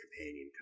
companion